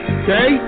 okay